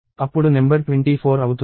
అప్పుడు నెంబర్ 24 అవుతుంది